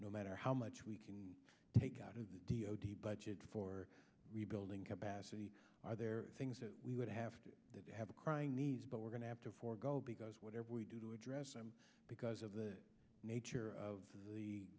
no matter how much we can take out of the d o t budget for rebuilding capacity are there things that we would have to have a crying need but we're going to have to forego because whatever we do to address them because of the nature of the